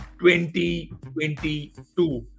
2022